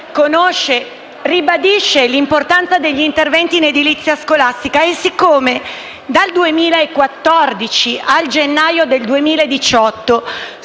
conosce - ribadisce l'importanza degli interventi in edilizia scolastica. Dal 2014 al gennaio 2018